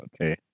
okay